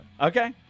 Okay